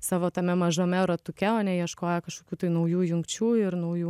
savo tame mažame ratuke o ne ieškoję kažkokių tai naujų jungčių ir naujų